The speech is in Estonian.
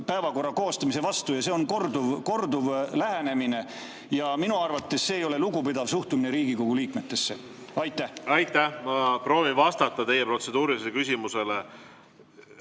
päevakorra koostamise vastu, ja see on korduv lähenemine. Minu arvates see ei ole lugupidav suhtumine Riigikogu liikmetesse. Aitäh! Ma proovin vastata teie protseduurilisele küsimusele.